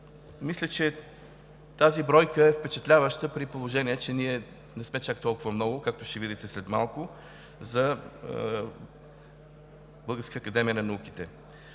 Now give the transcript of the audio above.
Мисля, че тази бройка е впечатляваща, при положение че ние не сме чак толкова много, както ще видите след малко, за Българската академия на науките.